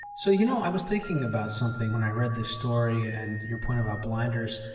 so, you know, i was thinking about something when i read this story, and your point about blinders.